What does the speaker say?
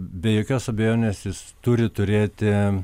be jokios abejonės jis turi turėti